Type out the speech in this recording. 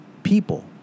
People